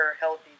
healthy